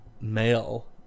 male